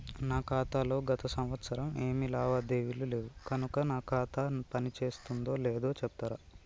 నా ఖాతా లో గత సంవత్సరం ఏమి లావాదేవీలు లేవు కనుక నా ఖాతా పని చేస్తుందో లేదో చెప్తరా?